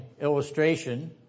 illustration